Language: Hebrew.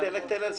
תן לה לסיים.